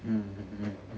mm